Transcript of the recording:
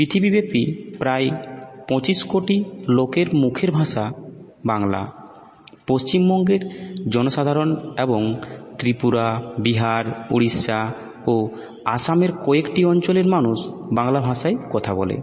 পৃথিবীব্যাপী প্রায় পঁচিশ কোটি লোকের মুখের ভাষা বাংলা পশ্চিমবঙ্গের জনসাধারণ এবং ত্রিপুরা বিহার উড়িষ্যা ও আসামের কয়েকটি অঞ্চলের মানুষ বাংলা ভাষায় কথা বলে